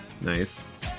Nice